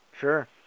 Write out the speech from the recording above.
Sure